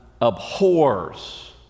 abhors